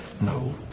No